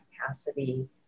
capacity